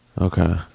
okay